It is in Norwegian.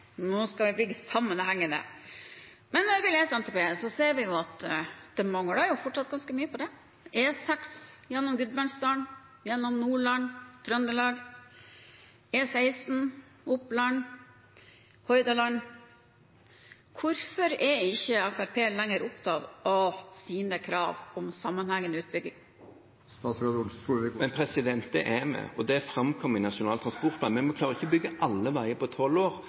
nå skal vi bygge sammenhengende. Men når vi leser NTP, ser vi at det fortsatt mangler ganske mye på det – E6 gjennom Gudbrandsdalen, Nordland og Trøndelag, E16 i Oppland og Hordaland. Hvorfor er ikke Fremskrittspartiet lenger opptatt av sine krav om sammenhengende utbygging? Det er vi, og det framkommer i Nasjonal transportplan. Vi klarer ikke å bygge alle veier på 12 år,